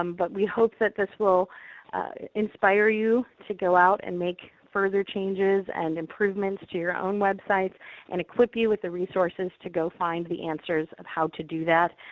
um but we hope that this will inspire you to go out and make further changes and improvements to your own websites and equip you with the resources to go find the answers of how to do that.